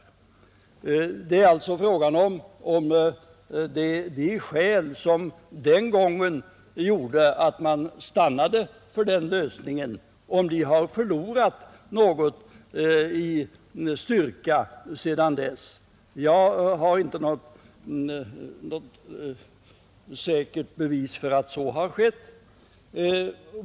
Frågan är alltså om de skäl som den gången gjorde att man stannade för den lösningen har förlorat något i styrka sedan dess. Jag har inte något säkert bevis för att så har skett.